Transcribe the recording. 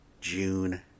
June